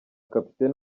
kapiteni